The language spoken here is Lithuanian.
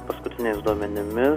paskutiniais duomenimis